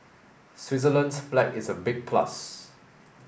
Switzerland's flag is a big plus